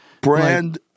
Brand